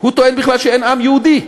הוא טוען בכלל שאין עם יהודי.